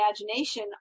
imagination